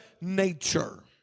nature